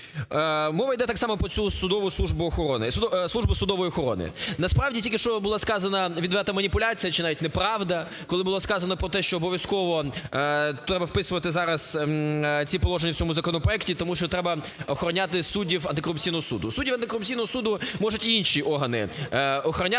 Мова іде так само про цю судову службу охорони, службу судової охорони. Насправді, тільки що було сказана відверта маніпуляція чи навіть неправда, коли було сказано про те, що обов'язково треба вписувати зараз ці положення в цьому законопроекті, тому що треба охороняти суддів антикорупційного суду. Суддів антикорупційного суду можуть інші органи охороняти,